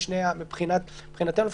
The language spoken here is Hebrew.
שמבחינתנו לפחות,